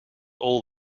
all